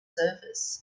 surface